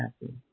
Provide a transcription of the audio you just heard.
happy